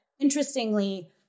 Interestingly